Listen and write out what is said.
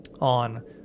on